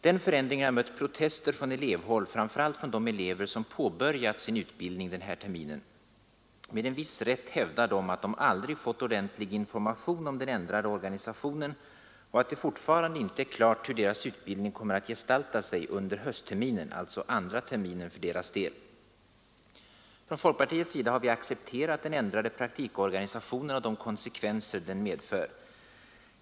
Denna förändring har mött protester från elevhåll, framför allt från de elever som påbörjat sin utbildning den här terminen. Med en viss rätt hävdar de att de aldrig fått ordentlig information om den ändrade organisationen och att det fortfarande inte är klart hur deras utbildning kommer att gestalta sig under höstterminen, alltså andra terminen för deras del. Från folkpartiets sida har vi accepterat den ändrade praktikorganisationen och de konsekvenser den får.